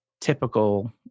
typical